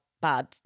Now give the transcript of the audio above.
bad